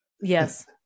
Yes